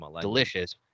delicious